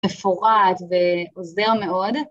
מפורט ועוזר מאוד.